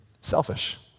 selfish